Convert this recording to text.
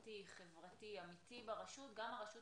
קהילתי חברתי אמיתי ברשות גם הרשות